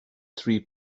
three